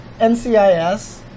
NCIS